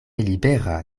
libera